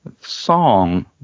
song